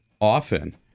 often